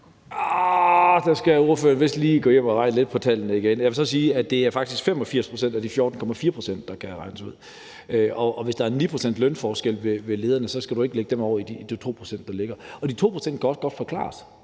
der skal ordføreren vist lige gå hjem og regne lidt på tallene igen. Jeg vil så sige, at det faktisk er 85 pct. af de 14,4 pct., der kan regnes ud, og hvis der er en 9-procentslønforskel ved lederne, skal du ikke lægge dem over i de 2 pct., der ligger. Og de 2 pct. kan også godt forklares;